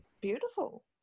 Beautiful